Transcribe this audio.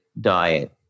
diet